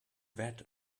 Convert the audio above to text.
vat